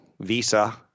Visa